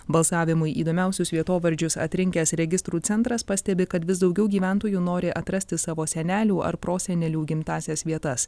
balsavimui įdomiausius vietovardžius atrinkęs registrų centras pastebi kad vis daugiau gyventojų nori atrasti savo senelių ar prosenelių gimtąsias vietas